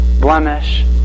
blemish